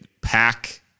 pack